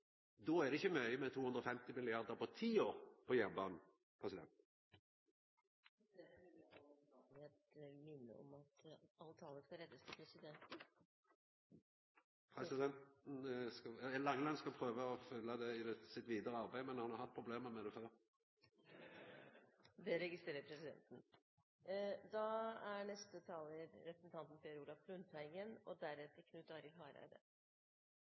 Då er det ikkje mykje med 250 mrd. kr på ti år på jernbanen. Presidenten vil i all vennskapelighet minne om at all tale skal rettes til presidenten. Langeland skal prøva og følgja det i sitt vidare arbeid, men han har hatt problem med det før. Det registrerer presidenten. Jeg vil også takke representanten Halleraker for interpellasjonen og